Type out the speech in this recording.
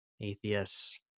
atheists